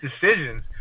decisions